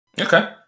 Okay